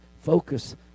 focus